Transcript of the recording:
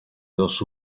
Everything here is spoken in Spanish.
dos